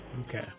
Okay